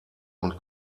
und